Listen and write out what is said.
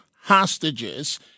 hostages